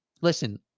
listen